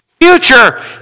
future